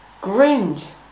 groomed